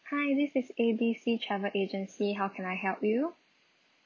hi this is A_B_C travel agency how can I help you